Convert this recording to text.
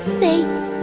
safe